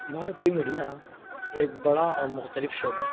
بھارتی میڈیا ایک بڑا اور مختلف شعبہ ہے